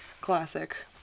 classic